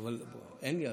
יכול להחליף אותך.